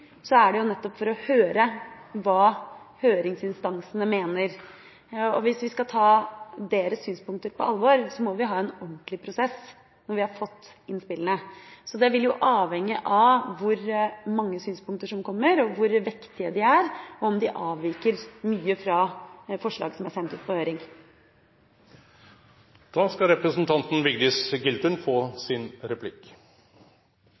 er det nettopp for å høre hva høringsinstansene mener. Hvis vi skal ta deres synspunkter på alvor, må vi ha en ordentlig prosess når vi har fått innspillene. Det vil avhenge av hvor mange synspunkter som kommer, hvor vektige de er, og om de avviker mye fra forslagene som er sendt ut på høring.